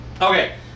Okay